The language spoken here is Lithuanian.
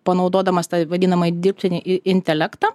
panaudodamas tą vadinamąjį dirbtinį intelektą